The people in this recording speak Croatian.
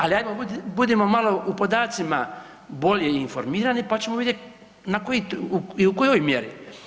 Ali ajmo budimo malo u podacima bolje informirani, pa ćemo vidjet na koji i u kojoj mjeri.